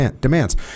demands